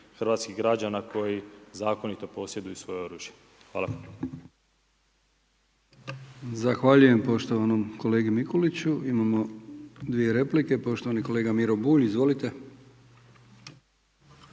hrvatskih građana koji zakonito posjeduju svoje oružje. Hvala. **Brkić, Milijan (HDZ)** Zahvaljujem poštovanom kolegi Mikuliću. Imamo dvije replike. Poštovani kolega Miro Bulj. Izvolite.